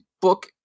Book